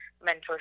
mentorship